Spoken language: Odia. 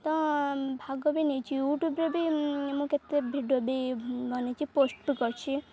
ତ ଭାଗ ବି ନେଇଛି ୟୁଟ୍ୟୁବରେ ବି ମୁଁ କେତେ ଭିଡ଼ିଓ ବି ବନେଇଛି ପୋଷ୍ଟ କରିଛି